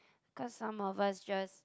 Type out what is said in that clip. cause some of us just